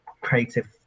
creative